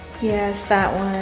yes, that